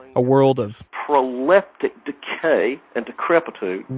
a world of proleptic decay and decrepitude